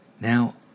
Now